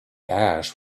ash